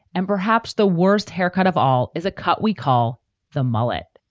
and perhaps the worst haircut of all is a cut. we call the mullet.